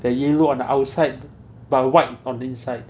the yellow on the outside but white on the inside